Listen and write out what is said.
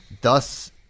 thus